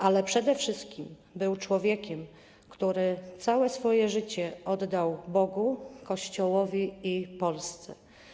Ale przede wszystkim był człowiekiem, który całe swoje życie oddał Bogu, Kościołowi i Polsce.